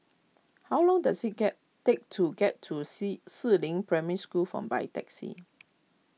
how long does it get take to get to Si Si Ling Primary School from by taxi